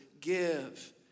Give